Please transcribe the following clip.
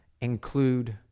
include